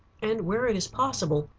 and where it is possible,